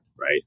right